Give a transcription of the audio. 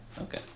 Okay